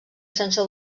sense